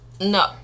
No